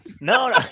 no